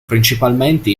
principalmente